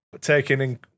taking